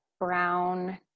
brown